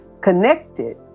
connected